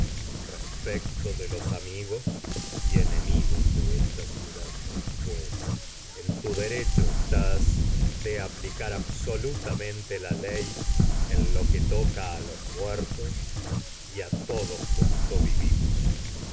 respecto de los amigos y en enemigos de esta ciudad pues absolutamente la ley en tu derecho estás de aplicar lo que toca a los muertos y a todos cuantos vivimos